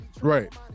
right